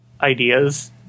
ideas